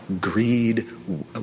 greed